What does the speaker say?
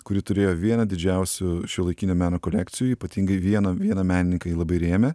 kuri turėjo vieną didžiausių šiuolaikinio meno kolekcijų ypatingai vieną vieną menininką ji labai rėmė